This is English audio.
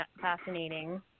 fascinating